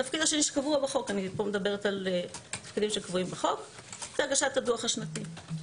התפקיד השני שקבוע בחוק זה הגשת הדוח השנתי.